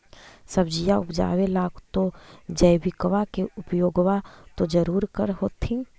सब्जिया उपजाबे ला तो जैबिकबा के उपयोग्बा तो जरुरे कर होथिं?